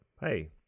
hey